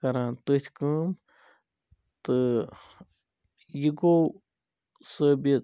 کَران تٔتۍ کٲم تہٕ یہِ گوٚو ثٲبت